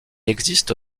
existe